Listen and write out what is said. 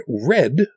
red